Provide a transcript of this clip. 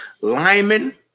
linemen